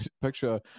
picture